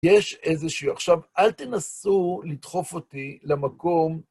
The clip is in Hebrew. יש איזשהו... עכשיו, אל תנסו לדחוף אותי למקום...